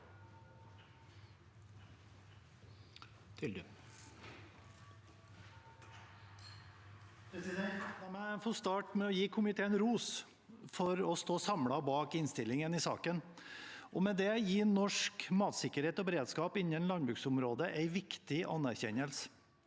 La meg få starte med å gi komiteen ros for å stå samlet bak innstillingen i saken og med det gi norsk matsikkerhet og beredskap innen landbruksområdet en viktig anerkjennelse.